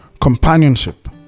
companionship